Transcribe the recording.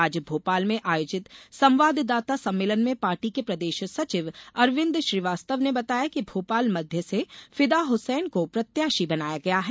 आज भोपाल में आयोजित संवाददाता सम्मेलन में पार्टी के प्रदेश सचिव अरविन्द श्रीवास्तव ने बताया कि भोपाल मध्य से फिदा हुसैन को प्रत्याशी बनाया गया है